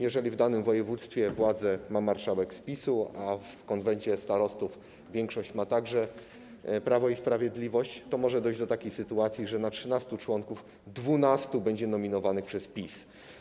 Jeżeli w danym województwie władzę ma marszałek z PiS-u, a w konwencie starostów większość ma także Prawo i Sprawiedliwość, to może dojść do takiej sytuacji, że na 13 członków 12 będzie nominowanych przez PiS.